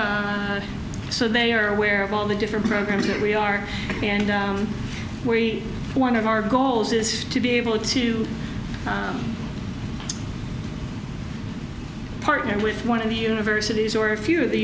so they are aware of all the different programs that we are and we one of our goals is to be able to partner with one of the universities or a few of the